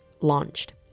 launched